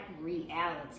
reality